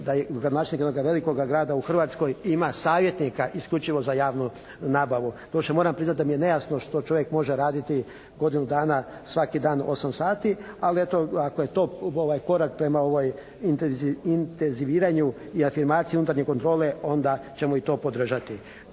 da gradonačelnik jednoga velikoga grada u Hrvatskoj ima savjetnika isključivo za javnu nabavu. Doduše moram priznati da mi je nejasno što čovjek može raditi godinu dana, svaki dan, 8 sati, ali eto ako je to korak prema intenziviranju i afirmaciji unutarnje kontrole onda ćemo i to podržati.